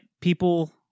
people